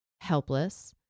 helpless